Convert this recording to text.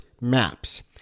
Maps